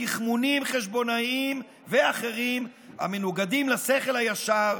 ותחמונים חשבונאיים ואחרים המנוגדים לשכל הישר,